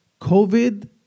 COVID